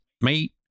meat